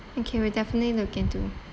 okay we'll definitely look into